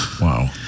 wow